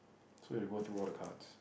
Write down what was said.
so you go through all the cards